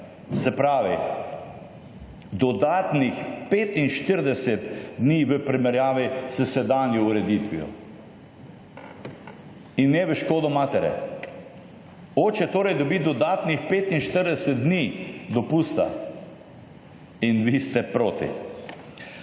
Se pravi, dodatnih 45 dni v primerjavi s sedanjo ureditvijo. In ne v škodo materi. Oče torej dobi dodatnih 45 dni dopusta. In vi ste proti.